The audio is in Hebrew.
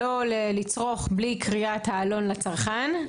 אין לצרוך בלי קריאת העלון לצרכן",